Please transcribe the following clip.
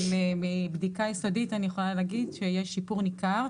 אבל מבדיקה יסודית אני יכולה לומר שיש שיפור ניכר.